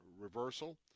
reversal